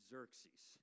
Xerxes